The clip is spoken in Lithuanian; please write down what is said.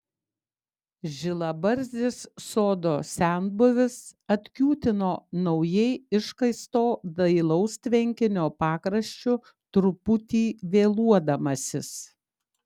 žilabarzdis sodo senbuvis atkiūtino naujai iškasto dailaus tvenkinio pakraščiu truputį vėluodamasis